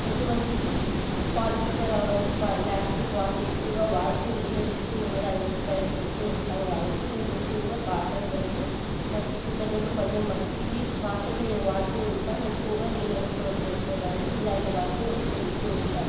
ఎటువంటి పాలిస్టర్ అలాంటి అ ప్లాస్టిక్ వాటిని ఎక్కువగా వాడుతూ నిషేధిస్తూ ఉండటానికి ప్రయత్నిస్తూ ఉంటాం కాబట్టి మేము ఎక్కువగా కాటన్ మరియు మట్టి కుండలను మరియు మట్టివి మాత్రమే వాడుతూ ఉంటాం ఎక్కువగా నీళ్లను స్టోర్ చేసుకోవడానికి ఇలాంటివాటిని ఉపయోగిస్తూ ఉంటాం